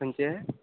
खंयचें